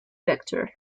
vector